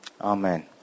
Amen